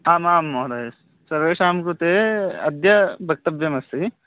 आम् आं महोदयः सर्वेषां कृते अद्य वक्तव्यमस्ति